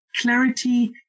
clarity